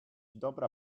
dobra